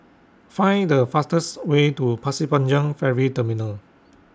Find The fastest Way to Pasir Panjang Ferry Terminal